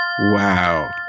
Wow